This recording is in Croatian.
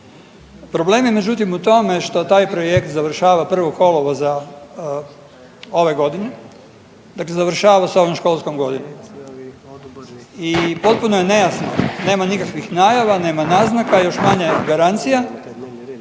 Problem je međutim u tome što taj projekt završava 1. kolovoza ove godine, dakle završava s ovom školskom godinom i potpuno je nejasno, nema nikakvih najava, nema naznaka, još manje garancija